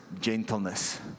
gentleness